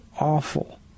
awful